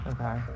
Okay